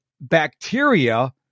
bacteria